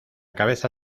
cabeza